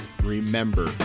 remember